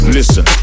Listen